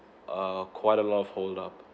uh quite a lot of hold up